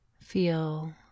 Feel